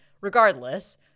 regardless